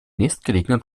nächstgelegenen